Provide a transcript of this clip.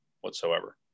whatsoever